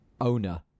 owner